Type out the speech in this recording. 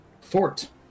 fort